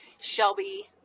Shelby